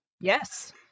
Yes